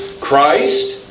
Christ